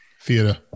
Theater